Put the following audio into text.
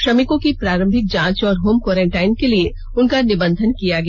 श्रमिकों की प्रारंभिक जाँच और होम कोरेंटाइन के लिए उनका निबंधन किया गया